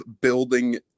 building